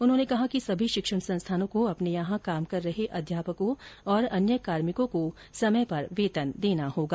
उन्होंने कहा कि सभी शिक्षण संस्थानों को अपने यहां काम कर रहे अध्यापकों और अन्य कार्मिकों को समय पर वेतन देना होगा